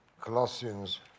Colossians